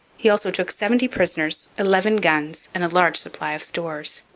he also took seventy prisoners, eleven guns, and a large supply of stores.